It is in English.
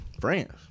France